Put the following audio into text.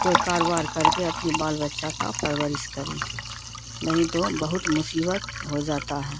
کوئی کاروبار کر کے اپنے بال بچہ کا پرورش کریں نہیں تو بہت مصیبت ہو جاتا ہے